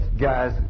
guys